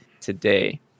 today